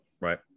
Right